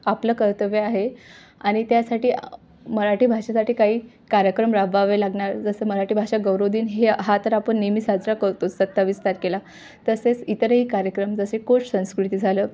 आपलं कर्तव्य आहे आणि त्यासाठी मराठी भाषेसाठी काही कार्यक्रम राबवावे लागणार जसं मराठी भाषा गौरवदिन हे हा तर आपण नेहमी साजरा करतो सत्तावीस तारखेला तसेच इतरही कार्यक्रम जसे कोच संस्कृती झालं